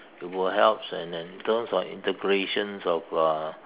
you will helps in term terms of integrations of uh